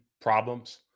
problems